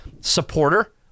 supporter